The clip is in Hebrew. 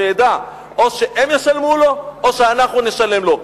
שידע, או שהם ישלמו או שאנחנו נשלם לו.